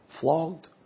flogged